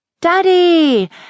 Daddy